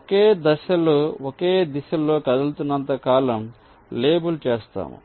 ఒకే దశలో ఒకే దిశలో కదులుతున్నంత కాలం లేబుల్ చేస్తాము